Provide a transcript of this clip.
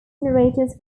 generators